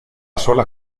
sola